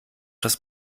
das